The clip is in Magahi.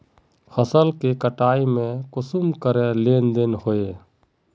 फसल के कटाई में कुंसम करे लेन देन होए?